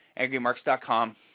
angrymarks.com